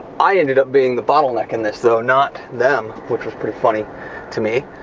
i ended up being the bottleneck in this, though, not them, which was pretty funny to me.